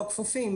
לא כפופים.